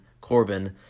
Corbin